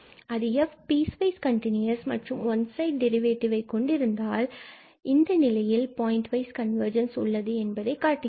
அது f piecewise continuous மற்றும் one side டெரிவேடிவ்வை கொண்டிருந்தால் இந்த நிலையில் பாயிண்ட் வைஸ் கன்வர்ஜென்ஸ் உள்ளது என்பதை காட்டுகிறது